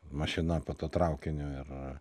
mašina po to traukiniu ir